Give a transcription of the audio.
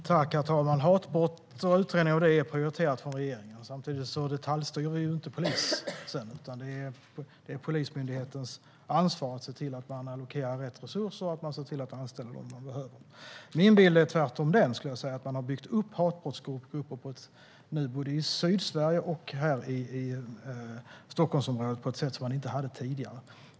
Herr talman! Hatbrott och utredning av dem är ett prioriterat arbete från regeringens sida. Samtidigt detaljstyr vi ju inte polisen, utan det är Polismyndighetens ansvar att se till att man allokerar rätt resurser och att anställa dem man behöver. Min bild är tvärtom att man nu har byggt upp hatbrottsgrupper både i Sydsverige och här i Stockholmsområdet på ett sätt man inte hade tidigare.